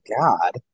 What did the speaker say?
God